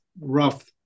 rough